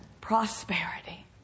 prosperity